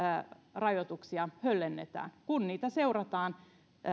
rajoituksia höllennetään kun niitä seurataan